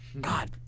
god